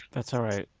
that's alright.